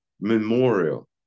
memorial